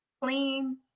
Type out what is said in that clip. clean